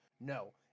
No